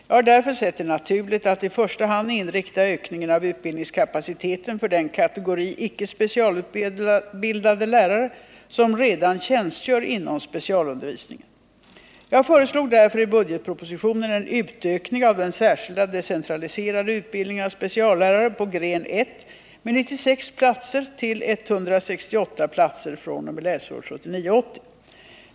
Jag har därför sett det naturligt att i första hand inrikta ökningen av utbildningskapaciteten på den kategori icke specialutbildade lärare som redan tjänstgör inom specialundervisningen. Jag föreslog därför i budgetpropositionen (prop. 1978 80.